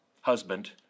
Husband